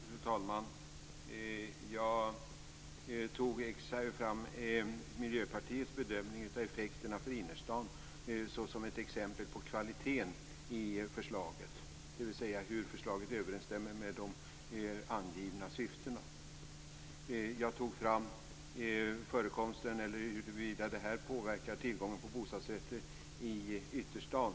Fru talman! Jag tog upp Miljöpartiets bedömning av effekterna för innerstaden som ett exempel på kvaliteten i förslaget, dvs. hur förslaget överensstämmer med de angivna syftena. Jag tog upp frågan om huruvida det här påverkar tillgången till bostadsrätter i ytterstaden.